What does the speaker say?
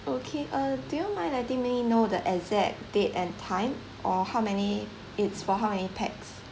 okay uh do you mind letting me know the exact date and time or how many it's for how may pax